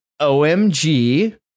OMG